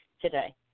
today